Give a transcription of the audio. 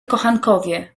kochankowie